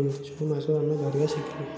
ଏମିତି ସବୁ ମାଛ ଆମେ ଧରିବା ଶିଖିଲୁ